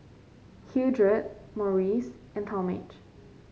Hildred Maurice and Talmage